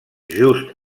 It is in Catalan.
just